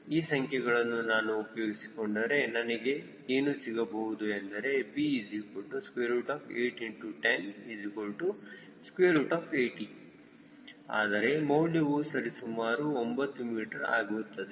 ಈ ಸಂಖ್ಯೆಗಳನ್ನು ನಾನು ಉಪಯೋಗಿಸಿಕೊಂಡರೆ ನನಗೆ ಏನು ಸಿಗಬಹುದು ಎಂದರೆ b81080 ಅದರ ಮೌಲ್ಯವು ಸರಿಸುಮಾರು 9 ಮೀಟರ್ ಆಗುತ್ತದೆ